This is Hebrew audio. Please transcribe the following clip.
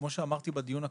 כמו שאמרתי בדיון הקודם,